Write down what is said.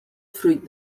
fruit